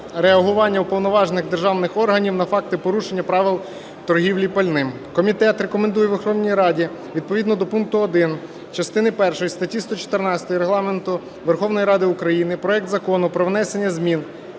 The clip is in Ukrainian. реагування уповноважених державних органів на факти порушення правил торгівлі пальним. Комітет рекомендує Верховній Раді відповідно до пункту 1 частини першої статті 114 Регламенту Верховної Ради проект Закону про внесення змін